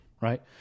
right